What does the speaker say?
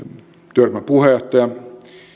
työryhmän puheenjohtaja